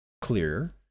clear